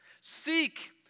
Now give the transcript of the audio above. seek